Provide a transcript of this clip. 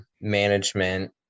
management